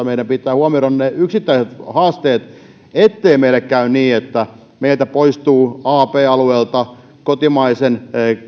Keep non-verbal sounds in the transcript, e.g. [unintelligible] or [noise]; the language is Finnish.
[unintelligible] meidän pitää huomioida yksittäiset haasteet ettei meille käy niin että meiltä poistuu ab alueelta kotimainen